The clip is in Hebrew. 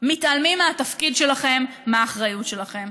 מתעלמים מהתפקיד שלכם, מהאחריות שלכם.